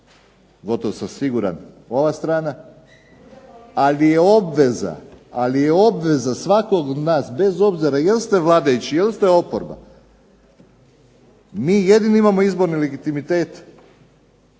gotovo sam siguran, ova strana, ali je obveza svakog od nas bez obzira jeste li vladajući, jeste li oporba, mi jedino imamo izborni legitimitet